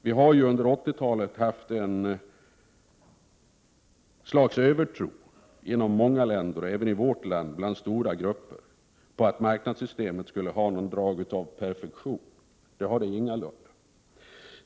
Det har under 80-talet gått ett slags övertro genom många länder, även bland stora grupper i vårt land, på att marknadssystemet skulle ha något drag av perfektion. Det har det ingalunda.